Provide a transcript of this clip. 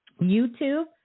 YouTube